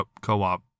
co-op